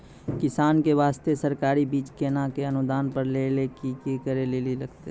किसान के बास्ते सरकारी बीज केना कऽ अनुदान पर लै के लिए की करै लेली लागतै?